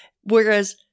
whereas